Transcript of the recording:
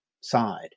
side